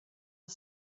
the